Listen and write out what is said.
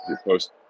post